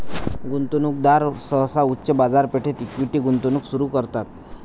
गुंतवणूकदार सहसा उच्च बाजारपेठेत इक्विटी गुंतवणूक सुरू करतात